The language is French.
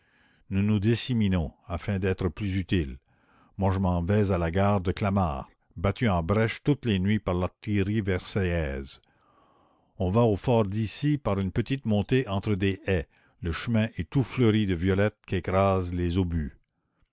nous nous disséminons afin d'être plus utiles moi je m'en vais à la gare de clamart battue en brèche toutes les nuits par la commune l'artillerie versaillaise on va au fort d'issy par une petite montée entre des haies le chemin est tout fleuri de violettes qu'écrasent les obus